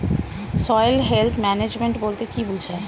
Soil health management বলতে কি বুঝায়?